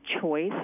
choice